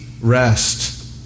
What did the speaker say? rest